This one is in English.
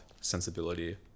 sensibility